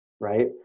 right